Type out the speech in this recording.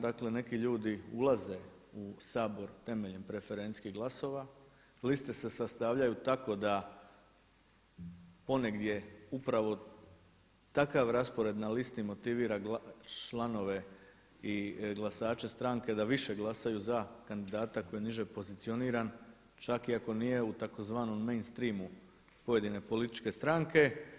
Dakle neki ljudi ulaze u Sabor temeljem preferencijskih glasova, liste se sastavljaju tako da ponegdje upravo takav raspored na listi motivira članove i glasače stranke da više glasaju za kandidata koji je niže pozicioniran čak i ako nije u tzv. mainstreamu pojedine političke stranke.